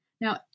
Now